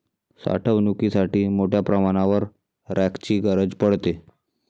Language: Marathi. साठवणुकीसाठी मोठ्या प्रमाणावर रॅकची गरज पडते